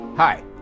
Hi